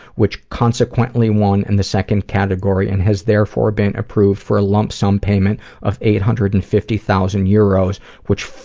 which consequently won in the second category, and has therefore been approved for a lump sum payment of eight hundred and fifty thousand euros which,